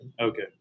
Okay